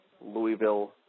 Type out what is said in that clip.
louisville